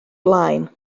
blaen